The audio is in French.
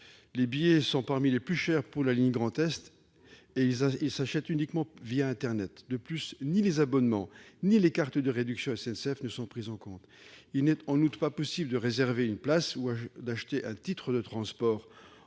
les billets sont parmi les plus chers pour la ligne Grand Est et ils s'achètent uniquement internet. En outre, ni les abonnements ni les cartes de réduction SNCF ne sont pris en compte. Il n'est pas non plus possible de réserver une place ou d'acheter un titre de transport